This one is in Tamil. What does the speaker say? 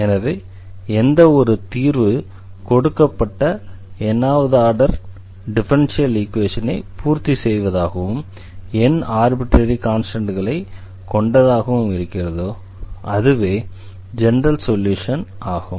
எனவே எந்த ஒரு தீர்வு கொடுக்கப்பட்ட n வது ஆர்டர் ஆர்டினரி டிஃபரன்ஷியல் ஈக்வேஷனை பூர்த்தி செய்வதாகவும் n ஆர்பிட்ரரி கான்ஸ்டண்ட்கள் கொண்டதாகவும் இருக்கிறதோ அதுவே ஜெனரல் சொல்யூஷன் ஆகும்